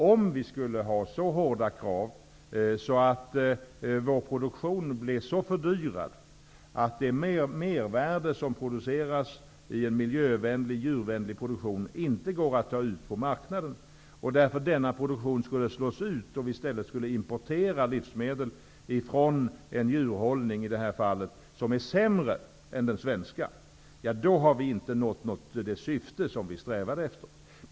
Om vi skulle ha så hårda krav att vår produktion blev så fördyrad att det mervärde som produceras i en miljövänlig, djurvänlig produktion inte går att ta ut på marknaden och denna produktion därför skulle slås ut och vi i stället skulle importera livsmedel från en djurhållning som är sämre än den svenska, har vi inte nått det syfte som vi strävade efter.